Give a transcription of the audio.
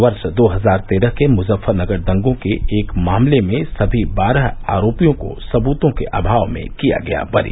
वर्ष दो हजार तेरह के मुजफ्फरनगर दंगों के एक मामले में सभी बारह आरोपियों को सबूतों के अभाव में किया गया बरी